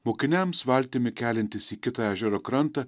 mokiniams valtimi keliantis į kitą ežero krantą